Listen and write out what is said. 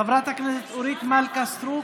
חברת הכנסת אורית מלכה סטרוק,